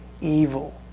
evil